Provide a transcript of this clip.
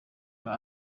iba